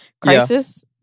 crisis